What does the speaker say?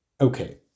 Okay